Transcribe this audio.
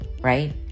right